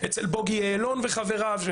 אצל בוגי יעלון וחבריו.